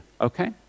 okay